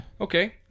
Okay